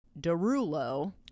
derulo